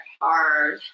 hard